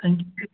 thank you